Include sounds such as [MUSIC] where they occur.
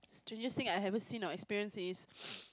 strangest thing I haven't seen or experience is [NOISE]